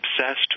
obsessed